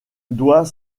doit